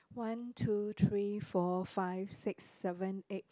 one two three four five six seven eight